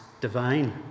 divine